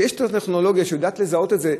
כשיש את הטכנולוגיה שיודעת לזהות את זה,